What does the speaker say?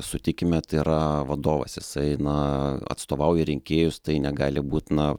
sutikime tai yra vadovas jisai na atstovauja rinkėjus tai negali būt na